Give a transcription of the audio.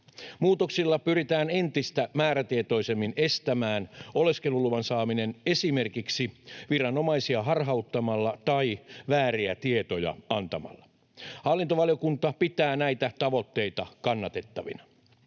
Muutoksilla pyritään entistä määrätietoisemmin estämään oleskeluluvan saaminen esimerkiksi viranomaisia harhauttamalla tai vääriä tietoja antamalla. Hallintovaliokunta pitää näitä tavoitteita kannatettavina.